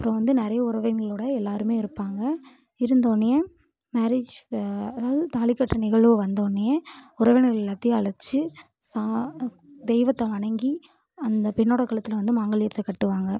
அப்புறம் வந்து நிறைய உறவினர்களோடு எல்லோருமே இருப்பாங்க இருந்தோடனையே மேரேஜ் அதாவது தாலி கட்டுற நிகழ்வு வந்தோடனையே உறவினர்கள் எல்லாத்தையும் அழைச்சு சா தெய்வத்தை வணங்கி அந்த பெண்ணோடய கழுத்தில் வந்து மாங்கல்யத்தை கட்டுவாங்க